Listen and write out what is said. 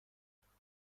پروانه